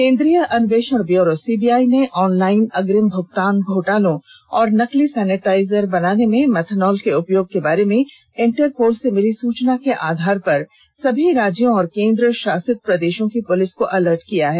केंद्रीय अनवेषण bureau CBI ने ऑनलाइन अग्रिम भुगतान घोटालों और नकली सैनिटाइजर बनाने में मेथनॉल के उपयोग के बारे में इंटरपोल से मिली सूचना के आधार पर सभी राज्यों और केन्द्रशासित प्रदेशों की पुलिस को अलर्ट जारी किया है